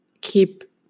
keep